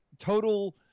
total